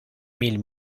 mil